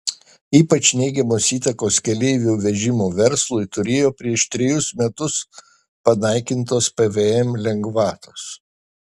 ypač neigiamos įtakos keleivių vežimo verslui turėjo prieš trejus metus panaikintos pvm lengvatos